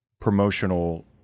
promotional